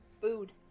Food